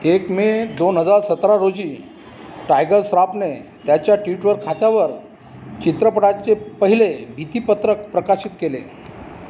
एक मे दोन हजार सतरा रोजी टायगर श्रॉफने त्याच्या टिट्वर खात्यावर चित्रपटाचे पहिले भित्तीपत्रक प्रकाशित केले